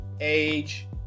age